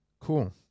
cool